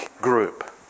group